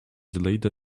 delayed